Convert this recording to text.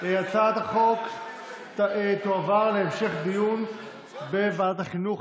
הצעת החוק תועבר להמשך דיון בוועדת החינוך,